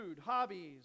hobbies